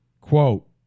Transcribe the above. Quote